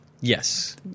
Yes